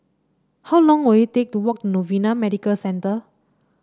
how long will it take to walk Novena Medical Centre